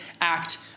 act